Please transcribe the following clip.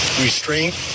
restraint